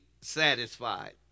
satisfied